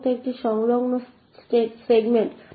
অগত্যা একটি সংলগ্ন সেগমেন্ট